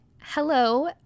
hello